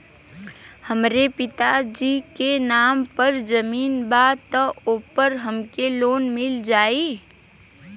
हमरे पिता जी के नाम पर जमीन बा त ओपर हमके लोन मिल जाई?